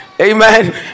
Amen